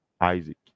Isaac